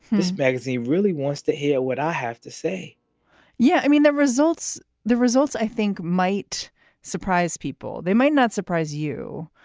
this magazine really wants to hear what i have to say yeah. i mean, the results the results, i think might surprise people. they might not surprise you,